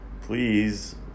please